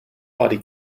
body